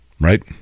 right